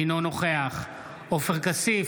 אינו נוכח עופר כסיף,